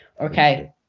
Okay